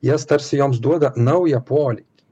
jas tarsi joms duoda naują polėkį